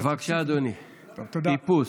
בבקשה, אדוני, איפוס.